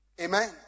Amen